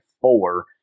four